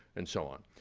and so on.